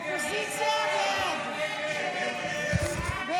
הסתייגות 1693 לא